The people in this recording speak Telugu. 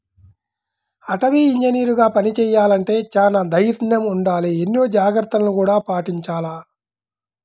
అటవీ ఇంజనీరుగా పని చెయ్యాలంటే చానా దైర్నం ఉండాల, ఎన్నో జాగర్తలను గూడా పాటించాల